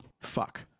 Fuck